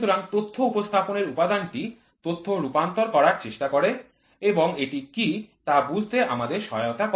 সুতরাং তথ্য উপস্থাপনের উপাদানটি তথ্য রূপান্তর করার চেষ্টা করে এবং এটি কী তা বুঝতে আমাদের সহায়তা করে